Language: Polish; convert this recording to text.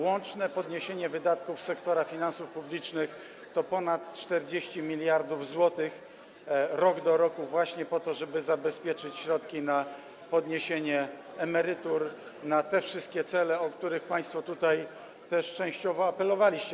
Łączne podniesienie wydatków sektora finansów publicznych to ponad 40 mld zł rok do roku, właśnie po to, żeby zabezpieczyć środki na podniesienie emerytur, na te wszystkie cele, o które państwo tutaj też częściowo apelowaliście.